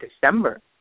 December